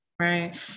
Right